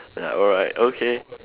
ya alright okay